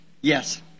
Yes